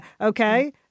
okay